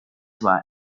why